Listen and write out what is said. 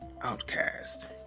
Outcast